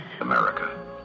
America